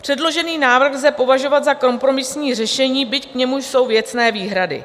Předložený návrh lze považovat za kompromisní řešení, byť k němu jsou věcné výhrady.